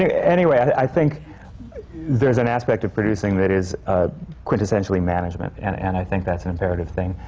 yeah anyway, i think there's an aspect of producing that is ah quintessentially management, and and i think that's an imperative thing.